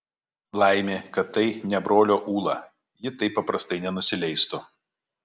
laimė kad tai ne brolio ūla ji taip paprastai nenusileistų